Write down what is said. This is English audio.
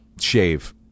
Shave